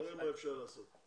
ונראה מה אפשר לעשות.